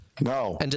no